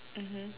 mmhmm